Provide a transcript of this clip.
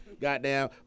Goddamn